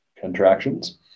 contractions